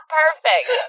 perfect